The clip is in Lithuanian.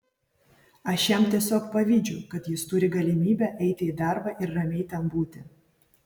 aš jam tiesiog pavydžiu kad jis turi galimybę eiti į darbą ir ramiai ten būti